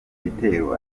bitero